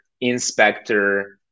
inspector